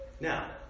Now